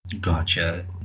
gotcha